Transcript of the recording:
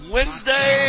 Wednesday